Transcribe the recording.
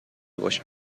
باشم